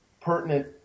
pertinent